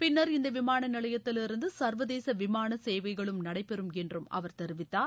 பின்னர் இந்த விமான நிலையத்திலிருந்து சர்வதேச விமான சேவைகளும் நடைபெறும் என்றும் அவர் தெரிவித்தார்